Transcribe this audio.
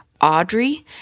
Audrey